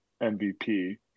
MVP